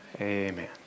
Amen